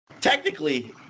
Technically